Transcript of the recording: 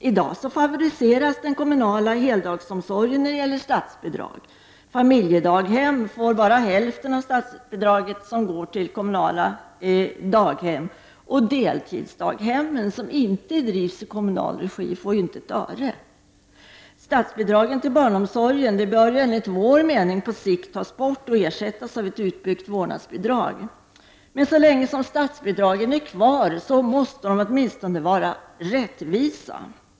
I dag favoriseras den kommunala heldagsomsorgen när det gäller statsbidrag. Familjedaghem får endast hälften av det statsbidrag som utgår till kommunala daghem. Deltidsdaghem som inte drivs i kommunal regi får inte ett öre. Statsbidragen till barnomsorgen bör enligt vår mening på sikt tas bort och ersättas av ett utbyggt vårdnadsbidrag. Men så länge statsbidragen finns kvar måste de åtminstone vara rättvisa.